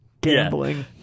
Gambling